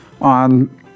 on